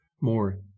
more